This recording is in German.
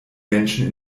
menschen